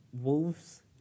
Wolves